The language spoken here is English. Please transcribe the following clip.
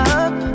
up